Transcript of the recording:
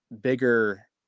bigger